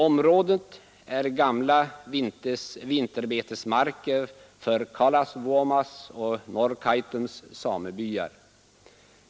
Området är gamla vinterbetesmarker för Kaalasvuomas och Norrkaitums samebyar.